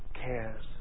Cares